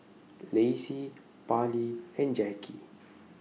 Lacy Parlee and Jackie